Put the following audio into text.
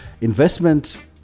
investment